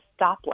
stoplight